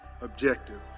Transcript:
objective